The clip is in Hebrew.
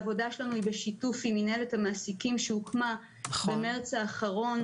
העבודה שלנו היא בשיתוף עם מינהלת המעסיקים שהוקמה במרץ האחרון.